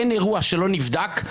אין אירוע שלא נבדק.